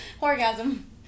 orgasm